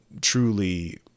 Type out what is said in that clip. truly